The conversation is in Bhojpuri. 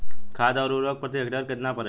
खाद व उर्वरक प्रति हेक्टेयर केतना परेला?